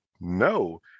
No